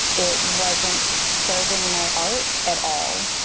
it wasn't serving my art at all.